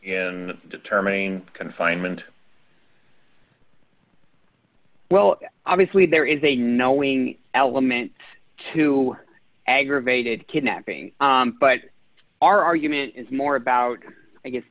in determining confinement well obviously there is a knowing element to aggravated kidnapping but our argument is more about i guess